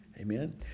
Amen